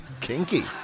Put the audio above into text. Kinky